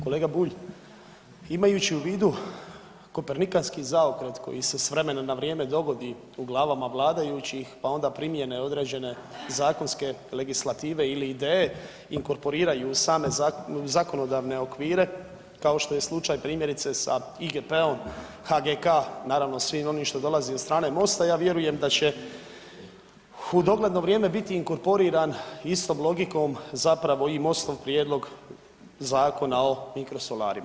Kolega Bulj imajući u vidu Kopernikanski zaokret koji se s vremena na vrijeme dogodi u glavama vladajućih pa onda primjene određene zakonske legislative ili ideje inkorporiraju u same zakonodavne okvire kao što je slučaj primjerice sa IGP-om, HGK naravno svi što dolazi od strane MOST-a ja vjerujem da će u dogledno vrijeme biti inkorporiran istom logikom zapravo i MOST-ov prijedlog zakona o mikrosolarima.